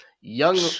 Young